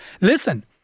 Listen